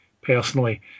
personally